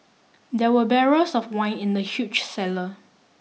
there were barrels of wine in the huge cellar